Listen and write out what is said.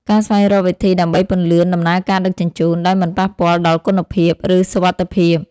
ការស្វែងរកវិធីដើម្បីពន្លឿនដំណើរការដឹកជញ្ជូន ដោយមិនប៉ះពាល់ដល់គុណភាព ឬសុវត្ថិភាព។